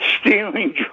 stealing